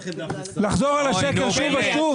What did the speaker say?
לחזור על השקר שוב ושוב?